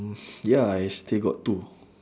mm ya I still got two